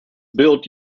built